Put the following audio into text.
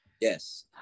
Yes